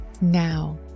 Now